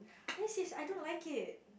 this is I don't like it